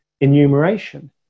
enumeration